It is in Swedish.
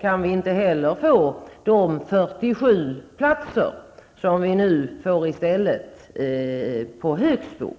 kan vi inte heller få de 47 platser som vi nu får i stället på Högsbo.